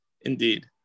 Indeed